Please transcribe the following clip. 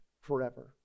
forever